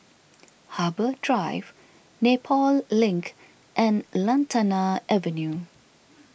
Harbour Drive Nepal Link and Lantana Avenue